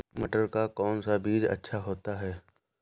मटर का कौन सा बीज अच्छा होता हैं?